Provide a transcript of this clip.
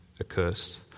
accursed